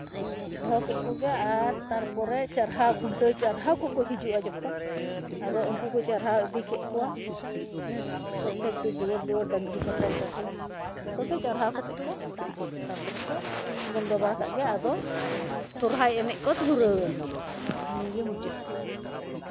ᱫᱚᱦᱚ ᱠᱮᱜ ᱠᱚᱜᱮ ᱟᱨ ᱛᱟᱨᱯᱚᱨᱮ ᱪᱟᱨᱦᱟᱣ ᱠᱷᱩᱱᱴᱟᱹᱣ ᱪᱟᱨᱦᱟᱣ ᱠᱚᱠᱚ ᱦᱤᱡᱩᱜᱼᱟ ᱡᱚᱠᱷᱚᱱ ᱟᱫᱚ ᱩᱱᱠᱩ ᱠᱚ ᱪᱟᱨᱦᱟᱣ ᱤᱫᱤ ᱠᱮᱜ ᱠᱚᱣᱟ ᱦᱮᱸ ᱯᱨᱚᱛᱮᱠᱴᱤ ᱫᱩᱣᱟᱹᱨ ᱫᱩᱣᱟᱹᱨ ᱰᱟᱝᱨᱤ ᱠᱚ ᱛᱚᱞ ᱠᱟᱠᱚᱣᱟ ᱡᱷᱚᱛᱚ ᱠᱚ ᱪᱟᱨᱦᱟᱣ ᱠᱟᱛᱮ ᱠᱚ ᱛᱟᱨᱯᱚᱨᱮ ᱠᱚ ᱵᱚᱱᱫᱚ ᱵᱟᱲᱟ ᱠᱟᱜ ᱜᱮ ᱟᱫᱚ ᱥᱚᱨᱦᱟᱭ ᱮᱱᱮᱡ ᱠᱚ ᱫᱷᱩᱨᱟᱹᱣ ᱮᱱ ᱜᱮ ᱱᱤᱭᱟᱹᱜᱮ ᱢᱩᱪᱟᱹᱫ